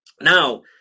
now